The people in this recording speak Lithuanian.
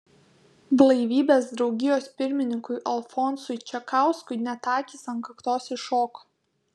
blaivybės draugijos pirmininkui alfonsui čekauskui net akys ant kaktos iššoko